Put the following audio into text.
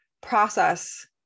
process